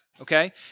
okay